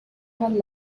had